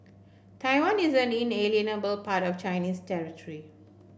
Taiwan is an inalienable part of Chinese territory